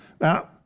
Now